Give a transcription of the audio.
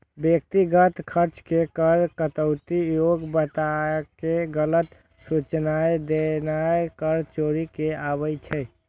व्यक्तिगत खर्च के कर कटौती योग्य बताके गलत सूचनाय देनाय कर चोरी मे आबै छै